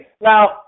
Now